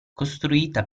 costruita